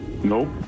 Nope